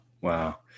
Wow